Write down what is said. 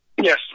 Yes